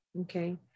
Okay